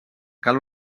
cal